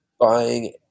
buying